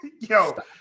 Yo